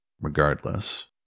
Regardless